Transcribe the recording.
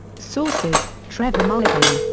sources trevor mulligan.